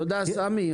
תודה, סמי.